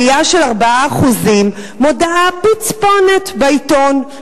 עלייה של 4% מודעה פצפונת בעיתון,